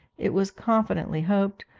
it was confidently hoped,